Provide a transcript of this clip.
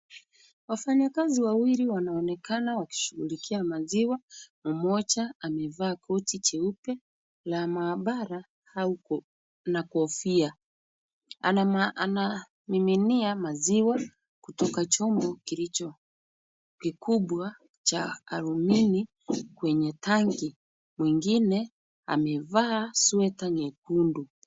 Wafanyakazi wawili wanaonekana wakishughulikia maziwa, mmoja amevaa koti jeupe la maabara na kofia. Anamiminia maziwa kutoka chombo kilicho kikubwa cha alumini kwenye tanki, mwingine amevaa sweta nyekundu.